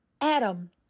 Adam